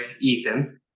Ethan